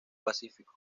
pacífico